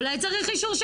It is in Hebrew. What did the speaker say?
אולי צריך אישור,